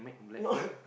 not